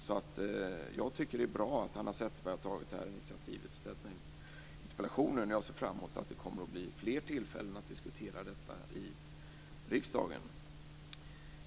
Så jag tycker att det är bra att Hanna Zetterberg har tagit det här initiativet och ställt en interpellation, och jag ser fram emot att det blir fler tillfällen att diskutera detta i riksdagen.